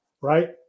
right